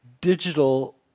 digital